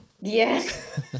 Yes